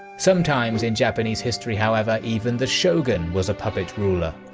sometimes in japanese history however, even the shogun was a puppet ruler,